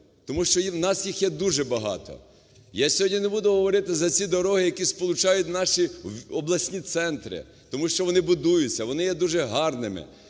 Тому що у нас їх є дуже багато. Я сьогодні не буду говорити за ці дороги, які сполучають наші обласні центри. Тому що вони будуються, вони є дуже гарними.